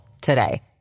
today